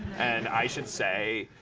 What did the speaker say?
and i should say,